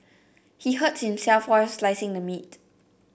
he hurt himself while slicing the meat